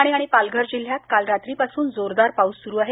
ठाणे आणि पालघर जिल्ह्यात काल रात्रीपासून जोरदार पाऊस सुरु आहे